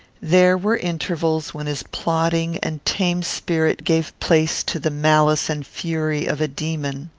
there were intervals when his plodding and tame spirit gave place to the malice and fury of a demon.